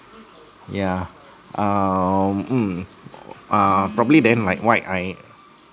yeah um mm uh probably then like what I